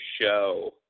show